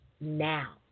now